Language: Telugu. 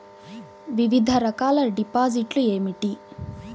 వివిధ రకాల డిపాజిట్లు ఏమిటీ?